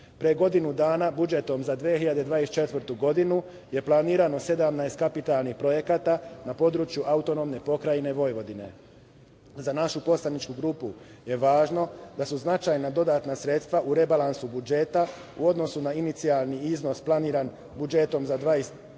godinu dana budžetom za 2024. godinu je planiramo 17 kapitalnih projekata na području AP Vojvodine. Za našu poslaničku grupu je važno da su značajna dodatna sredstva u rebalansu budžeta u odnosu na inicijalni iznos planiran budžetom za 2024.